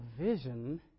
vision